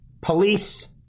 police